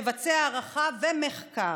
תבצע הערכה ומחקר,